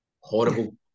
horrible